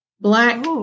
black